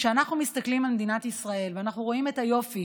כשאנחנו מסתכלים על מדינת ישראל ואנחנו רואים את היופי